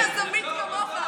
אני לא יזמית כמוך,